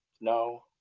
no